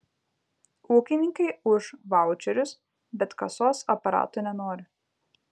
ūkininkai už vaučerius bet kasos aparatų nenori